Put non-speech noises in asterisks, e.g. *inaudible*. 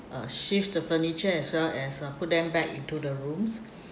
uh shift the furniture as well as uh put them back into the rooms *breath*